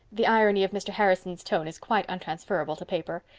the irony of mr. harrison's tone is quite untransferable to paper.